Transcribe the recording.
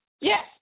Yes